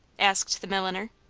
asked the milliner.